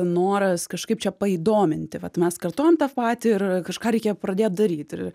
noras kažkaip čia paįdominti vat mes kartojam tą patį ir kažką reikėjo pradėt daryt ir